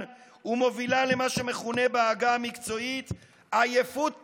ומובילה למה שמכונה בעגה המקצועית "עייפות פנדמית"